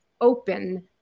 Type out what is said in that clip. open